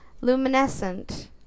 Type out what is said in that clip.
luminescent